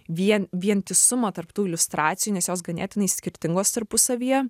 vien vientisumą tarp tų liustracijų nes jos ganėtinai skirtingos tarpusavyje